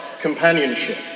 companionship